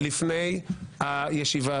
לפני ההצבעה